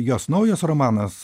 jos naujas romanas